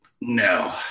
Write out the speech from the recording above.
No